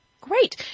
Great